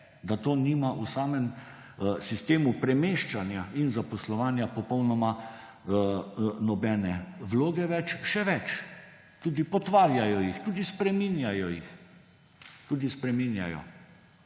da to nima v samem sistemu premeščanja in zaposlovanja popolnoma nobene vloge več. Še več, tudi potvarjajo jih, tudi spreminjajo jih. Tudi spreminjajo.